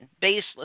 baseless